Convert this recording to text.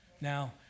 Now